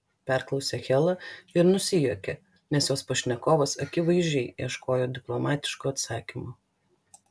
perklausė hela ir nusijuokė nes jos pašnekovas akivaizdžiai ieškojo diplomatiško atsakymo